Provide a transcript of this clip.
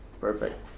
perfect